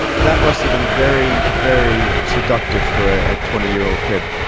that must have been very, very seductive for a twenty year old kid.